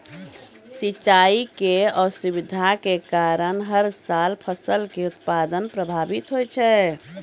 सिंचाई के असुविधा के कारण हर साल फसल के उत्पादन प्रभावित होय छै